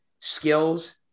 skills